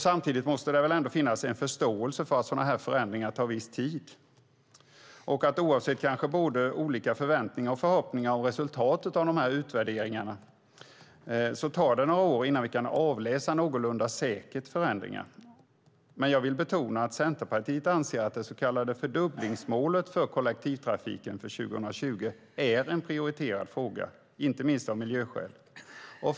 Samtidigt måste det väl ändå finnas en förståelse för att sådana här förändringar tar viss tid. Oavsett kanske både olika förväntningar och förhoppningar om resultatet av utvärderingarna tar det några år innan vi kan avläsa förändringar någorlunda säkert. Jag vill betona att Centerpartiet anser att det så kallade fördubblingsmålet för kollektivtrafiken till 2020 är en prioriterad fråga, inte minst av miljöskäl.